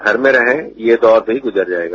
घर में रहें ये दौर भी गुजर जाएगा